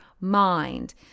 mind